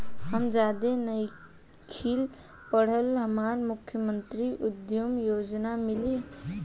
हम ज्यादा नइखिल पढ़ल हमरा मुख्यमंत्री उद्यमी योजना मिली?